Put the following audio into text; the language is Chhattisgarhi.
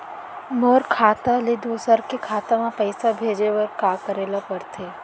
मोर खाता ले दूसर के खाता म पइसा भेजे बर का करेल पढ़थे?